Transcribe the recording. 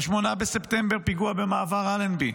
ב-8 בספטמבר פיגוע במעבר אלנבי,